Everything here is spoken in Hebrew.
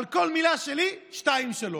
על כל מילה שלי, שתיים שלו,